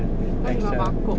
跟你爸爸 gope